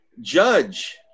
Judge